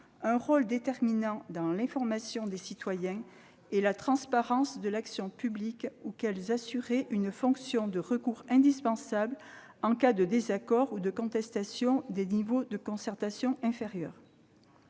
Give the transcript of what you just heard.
un rôle déterminant pour l'information des citoyens et la transparence de l'action publique ou assuraient une fonction de recours indispensable en cas de désaccord ou de contestation des niveaux de concertation inférieurs.